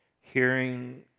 hearing